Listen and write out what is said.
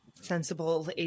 sensible